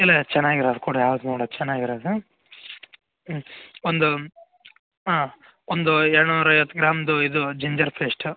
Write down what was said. ಎಲ್ಲ ಚೆನ್ನಾಗಿರೋದು ಕೊಡಿರಿ ಯಾವ್ದು ನೋಡಿ ಅದು ಚೆನ್ನಾಗಿರೋದು ಒಂದು ಹಾಂ ಒಂದು ಏಳು ನೂರೈವತ್ತು ಗ್ರಾಮ್ದು ಇದು ಜಿಂಜರ್ ಪೇಸ್ಟು